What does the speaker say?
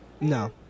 No